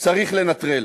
צריך לנטרל.